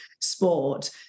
sport